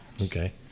Okay